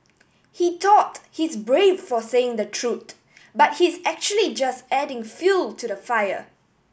he thought he's brave for saying the truth but he's actually just adding fuel to the fire